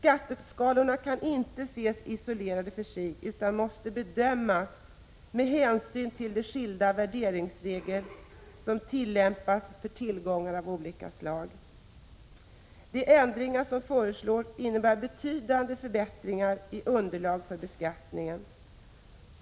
Skatteskalorna kan inte ses isolerade, utan måste bedömas med hänsyn till de skilda värderingsregler som tillämpas för tillgångar av olika slag. De ändringar som föreslås innebär betydande förbättringar i underlaget för beskattningen.